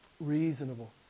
reasonable